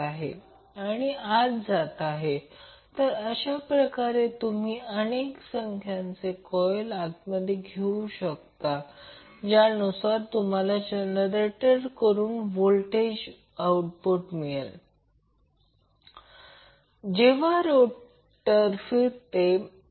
हे v आणि j असे काहीतरी आहे हा करंट I आणि हे ZL हे व्हेरिएबल आहे RL आणि XL दोन्ही व्हेरिएबल आहेत म्हणूनच ते हेच येथे दिलेले आहे इम्पेडन्स ZL हा व्हेरिएबल रेझिस्टन्स आणि व्हेरिएबल रिअॅक्टन्ससह आहे आणि दोन्ही व्हेरिएबल आहेत